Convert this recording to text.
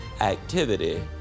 activity